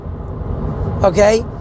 okay